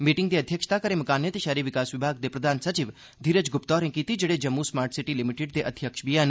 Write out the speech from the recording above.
meeting दी अध्यक्षता गृह ते शैह्री विकास विभाग दे प्रधान सचिव धीरज गुप्ता होरें कीती जेहड़े जम्मू स्मार्ट सिटी लिमिटिड दे अघ्यक्ष बी हैन